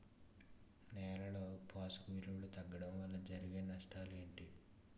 నేలలో పోషక విలువలు తగ్గడం వల్ల జరిగే నష్టాలేంటి?